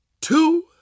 two